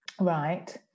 Right